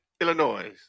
Illinois